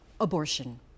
Abortion